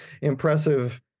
impressive